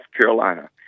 Carolina